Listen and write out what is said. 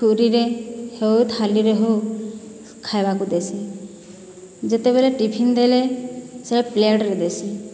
ଖୁରୀରେ ହେଉ ଥାଲିରେ ହଉ ଖାଇବାକୁ ଦେସିଁ ଯେତେବେଲେ ଟିଫିନ ଦେଲେ ସେ'ଟା ପ୍ଲେଟରେ ଦେସିଁ